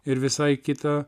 ir visai kitą